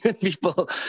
people